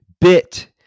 bit